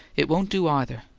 it won't do either.